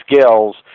skills